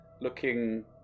looking